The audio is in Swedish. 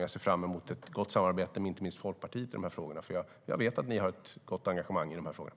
Jag ser fram emot ett gott samarbete med inte minst Folkpartiet i de frågorna. Jag vet att ni har ett gott engagemang i de frågorna.